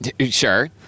Sure